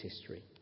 history